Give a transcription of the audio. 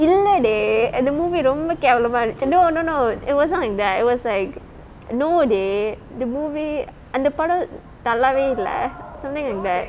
இல்லே:illae dey அந்த:antha movie ரொம்ப கேவலமா இருந்துச்சி:romba kevalamaa irunthuchi no no no it wasn't like that it was like no dey the movie அந்த படொ நல்லாவேயில்லே:antha padam nallaveillae something like that